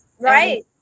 right